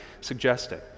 suggesting